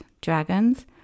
dragons